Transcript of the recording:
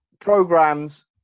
programs